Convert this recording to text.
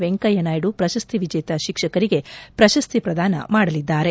ವೆಂಕಯ್ಯನಾಯ್ಡು ಪ್ರಶಸ್ತಿ ವಿಜೇತ ಶಿಕ್ಷಕರಿಗೆ ಪ್ರಶಸ್ತಿ ಪ್ರದಾನ ಮಾಡಲಿದ್ದಾರೆ